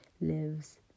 lives